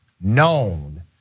known